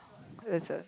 that's a